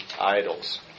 idols